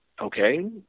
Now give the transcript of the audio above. okay